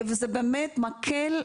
את זכאי חוק השבות ארצה,